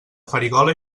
farigola